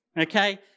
Okay